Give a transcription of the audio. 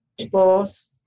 sports